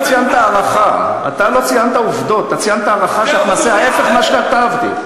אתה ציינת הערכה שנעשה ההפך ממה שכתבתי.